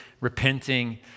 repenting